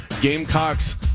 Gamecocks